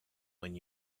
when